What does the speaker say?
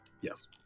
Yes